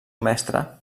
mestre